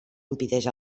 impedeix